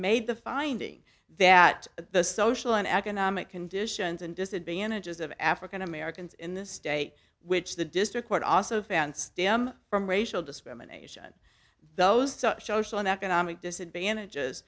made the finding that the social and economic conditions and disadvantages of african americans in this state which the district court also found stem from racial discrimination those shows on economic disadvantage